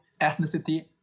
ethnicity